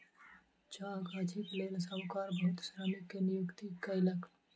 चाह गाछीक लेल साहूकार बहुत श्रमिक के नियुक्ति कयलक